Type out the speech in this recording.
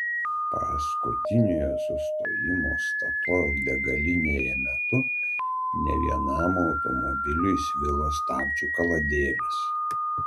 paskutiniojo sustojimo statoil degalinėje metu ne vienam automobiliui svilo stabdžių kaladėlės